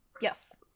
Yes